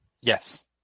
Yes